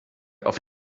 auf